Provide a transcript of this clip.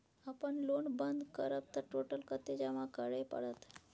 अपन लोन बंद करब त टोटल कत्ते जमा करे परत?